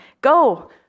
Go